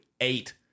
eight